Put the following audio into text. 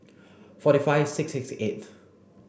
forty five six six eight